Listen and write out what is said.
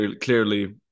clearly